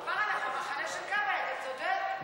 כפרה, אנחנו במחנה של גבאי, אתה צודק.